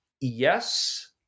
yes